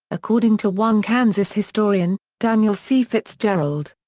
according to one kansas historian, daniel c. fitzgerald.